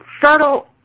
subtle